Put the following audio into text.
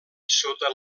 sota